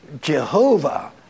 Jehovah